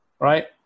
right